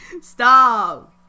Stop